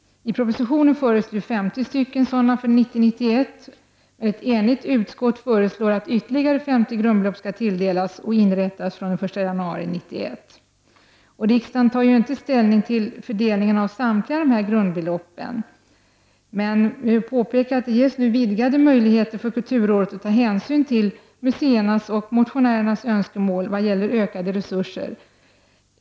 I propositionen föreslås 50 sådana för 1990/91. Ett enigt utskott föreslår att ytterligare 50 grundbelopp skall tilldelas från den 1 januari 1991. Riksdagen tar inte ställning till fördelningen av samtliga dessa grundbelopp, men det ges nu vidgade möjligheter för kulturrådet att ta hänsyn till museernas och motionärernas önskemål vad gäller ökade resurser.